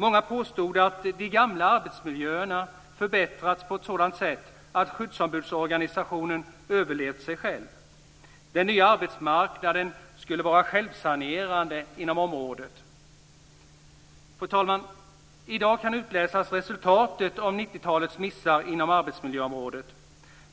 Många påstod att de gamla arbetsmiljöerna förbättrats på ett sådant sätt att skyddsombudsorganisationen överlevt sig själv. Den nya arbetsmarknaden skulle vara självsanerande inom området. Fru talman! I dag kan utläsas resultatet av 90 talets missar inom arbetsmiljöområdet.